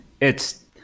It's-